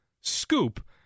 SCOOP